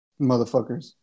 motherfuckers